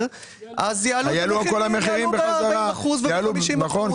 המחירים יעלו ב-40% או 50%. נכון.